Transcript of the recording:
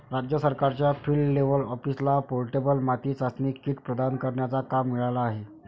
राज्य सरकारच्या field level ऑफिसरला पोर्टेबल माती चाचणी किट प्रदान करण्याचा काम मिळाला आहे